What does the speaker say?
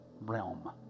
realm